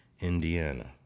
Indiana